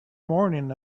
morning